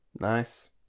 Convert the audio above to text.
Nice